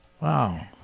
Wow